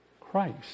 Christ